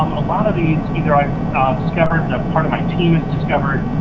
um a lot of these either i've discovered, that part of my team has discovered,